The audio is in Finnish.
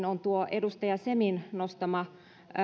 on tuo edustaja semin nostama